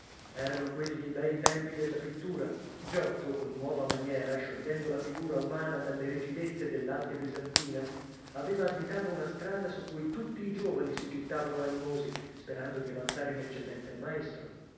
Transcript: erano quelli i bei tempi della pittura giotto con nuova maniera sciogliendo la figura umana dalle rigidezze dell'arte bisantina aveva additata una strada su cui tutti i giovani si gittavano animosi sperando di avanzare in eccellenza il maestro